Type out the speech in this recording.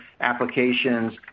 applications